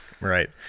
right